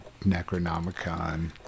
Necronomicon